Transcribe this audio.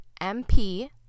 m-p